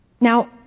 Now